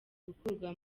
gukurwa